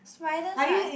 spiders